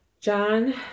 John